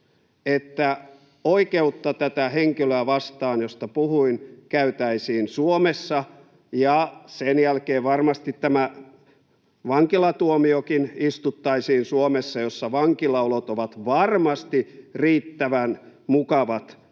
että oikeutta tätä henkilöä vastaan, josta puhuin, käytäisiin Suomessa, ja sen jälkeen varmasti tämä vankilatuomiokin istuttaisiin Suomessa, missä vankilaolot ovat varmasti riittävän mukavat hänen